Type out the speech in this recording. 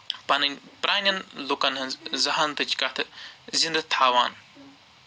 پَنٕنۍ پرانٮ۪ن لُکن ہٕنز زہانتٕچ کَتھٕ زِندٕ تھاوان